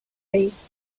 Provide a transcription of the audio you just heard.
waves